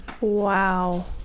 Wow